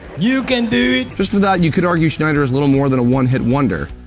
you can do it. just for that, and you could argue schneider is little more than a one-hit wonder.